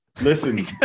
Listen